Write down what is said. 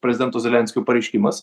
prezidento zelenskio pareiškimas